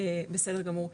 בסדר גמור,